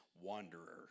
wanderer